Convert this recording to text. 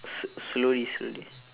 s~ slowly slowly